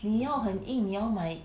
你要很硬你要买